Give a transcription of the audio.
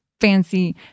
fancy